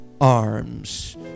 arms